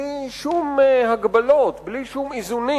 בלי שום הגבלות, בלי שום איזונים.